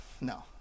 No